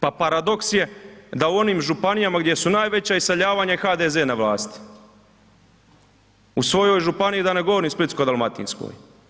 Pa paradoks je da u onim županijama gdje su najveća iseljavanja HDZ na vlasti u svojoj županiji da ne govorim Splitsko-dalmatinskoj.